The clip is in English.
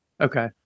Okay